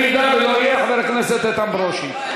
אם לא יהיה, חבר הכנסת איתן ברושי.